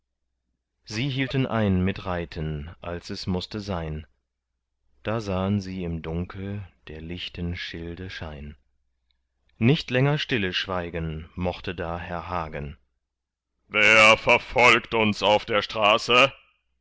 sie hielten ein mit reiten als es mußte sein da sahen sie im dunkel der lichten schilde schein nicht länger stille schweigen mochte da herr hagen wer verfolgt uns auf der straße